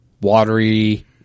watery